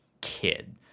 kid